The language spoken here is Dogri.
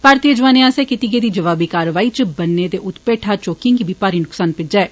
भारतीय जवानें आस्सेआ कीती गेदी जबावी कारवाई च बन्ने दे उत्त पैठा चौकिएं गी बी भारी नुक्सान पुज्जा ऐ